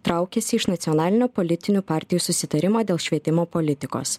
traukiasi iš nacionalinio politinių partijų susitarimo dėl švietimo politikos